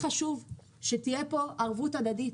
חשוב לי שתהיה פה ערבות הדדית.